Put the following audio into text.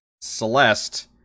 Celeste